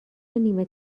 نیمه